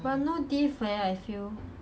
ya they also ask me I say okay lor